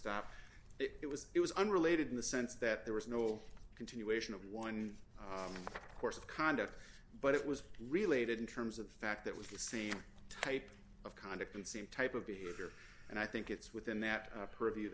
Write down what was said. stop it was it was unrelated in the sense that there was no continuation of one course of conduct but it was related in terms of the fact that was the same type of conduct and same type of behavior and i think it's within that purview